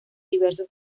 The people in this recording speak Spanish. diversos